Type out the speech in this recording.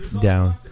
down